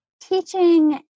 Teaching